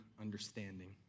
understanding